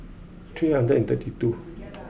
three hundred and thirty two